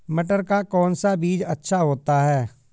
मटर का कौन सा बीज अच्छा होता हैं?